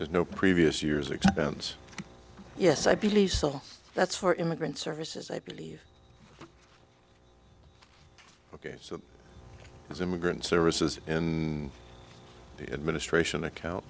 there's no previous year's expense yes i believe so that's for immigrant services i believe ok so is immigrant services in the administration account